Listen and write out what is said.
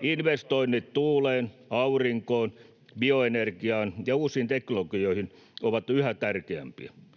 Investoinnit tuuleen, aurinkoon, bioenergiaan ja uusiin teknologioihin ovat yhä tärkeämpiä,